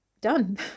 done